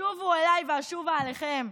שובו אליי ואשובה אליכם"